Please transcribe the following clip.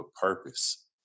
purpose